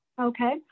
Okay